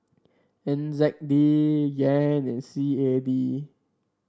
N Z D Yen and C A D